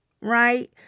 Right